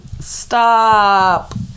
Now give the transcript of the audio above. Stop